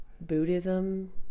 buddhism